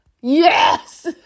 yes